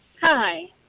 Hi